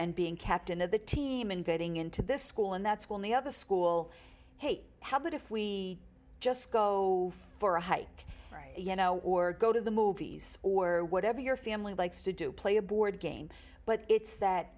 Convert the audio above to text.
and being captain of the team and getting into this school and that's when the other school hey how about if we just go for a hike you know or go to the movies or whatever your family likes to do play a board game but it's that